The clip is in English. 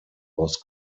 was